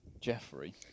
Jeffrey